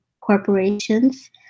corporations